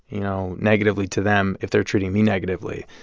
you know, negatively to them if they're treating me negatively.